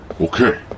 Okay